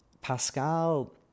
Pascal